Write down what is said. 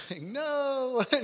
No